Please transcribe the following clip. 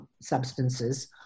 substances